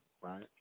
right